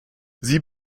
sie